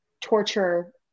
torture